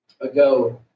ago